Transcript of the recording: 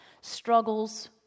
struggles